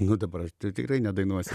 nu dabar aš tikrai nedainuosiu